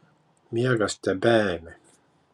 miegas tebeėmė